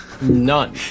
None